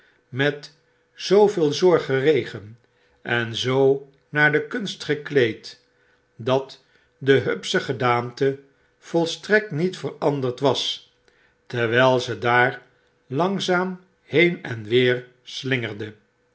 met zooveel zorg geregen en zoo naar de kunst gekleed dat de hupsche gedaante volstrekt niet veranderd was terwijl ze daar langzaam heen en weer slingerde